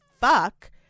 fuck